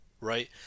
right